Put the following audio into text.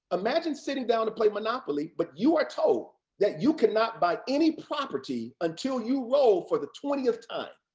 imagine sitting down to play monopoly, but you are told that you cannot buy any property until you roll for the twentieth time.